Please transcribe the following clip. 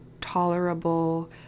tolerable